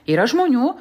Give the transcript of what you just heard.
yra žmonių